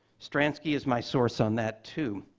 stransky is my source on that, too.